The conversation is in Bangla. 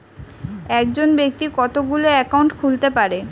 একজন ব্যাক্তি কতগুলো অ্যাকাউন্ট খুলতে পারে?